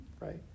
right